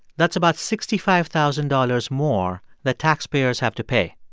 that's about sixty five thousand dollars more that taxpayers have to pay